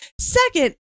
Second